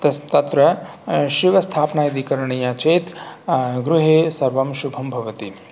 तस् तत्र शिवस्थापना यदि करणीया चेत् गृहे सर्वं शुभं भवति